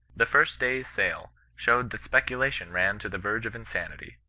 the first day's sale showed that speculation ran to the verge of insanity.